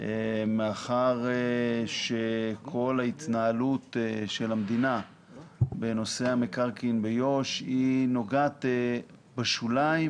מאחר שכל ההתנהלות של המדינה בנושא המקרקעין ביו"ש נוגעת בשוליים,